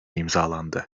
imzalandı